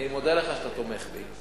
אני מודה לך שאתה תומך בי,